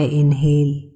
inhale